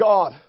God